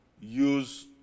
use